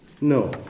No